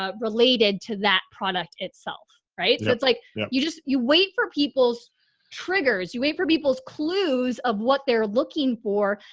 ah related to that product itself, right? so it's like yeah you just, you wait for people's triggers, you wait for people's clues of what they're looking for.